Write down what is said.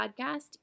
podcast